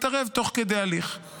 מתערב תוך כדי הליך.